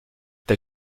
the